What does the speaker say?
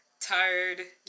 tired